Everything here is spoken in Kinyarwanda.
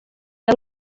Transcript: aya